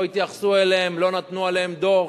לא התייחסו אליהם, לא נתנו עליהם דוח,